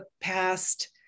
past